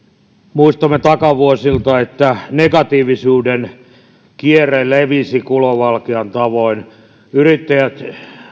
muistamme takavuosilta että negatiivisuuden kierre levisi kulovalkean tavoin yrittäjät